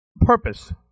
purpose